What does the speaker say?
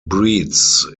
breeds